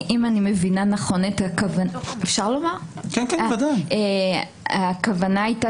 הכוונה היתה